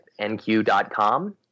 nq.com